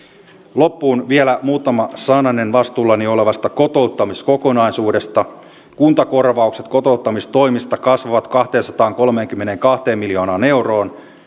loppuun vielä muutama sananen vastuullani olevasta kotouttamiskokonaisuudesta kuntakorvaukset kotouttamistoimista kasvavat kahteensataankolmeenkymmeneenkahteen miljoonaan euroon